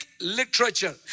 literature